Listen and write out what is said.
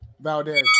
Valdez